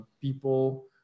people